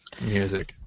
music